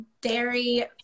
dairy